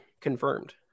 Confirmed